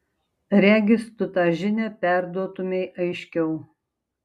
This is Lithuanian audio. regis tu tą žinią perduotumei aiškiau